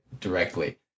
directly